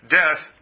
death